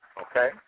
okay